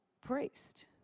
priest